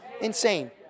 Insane